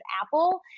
apple